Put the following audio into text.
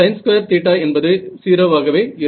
sin2 என்பது 0 ஆகவே இருக்கும்